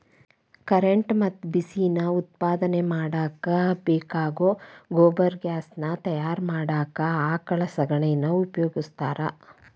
current ಮತ್ತ ಬಿಸಿ ನಾ ಉತ್ಪಾದನೆ ಮಾಡಾಕ ಬೇಕಾಗೋ ಗೊಬರ್ಗ್ಯಾಸ್ ನಾ ತಯಾರ ಮಾಡಾಕ ಆಕಳ ಶಗಣಿನಾ ಉಪಯೋಗಸ್ತಾರ